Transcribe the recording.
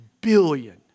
billion